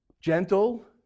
Gentle